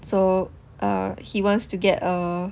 so err he wants to get a